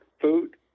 food